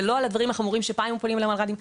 ולא על הדברים החמורים שפעם היו פונים למלר"דים.